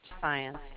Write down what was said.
science